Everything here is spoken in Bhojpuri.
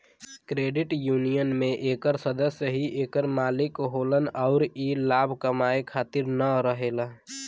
क्रेडिट यूनियन में एकर सदस्य ही एकर मालिक होलन अउर ई लाभ कमाए खातिर न रहेला